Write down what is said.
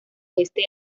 oeste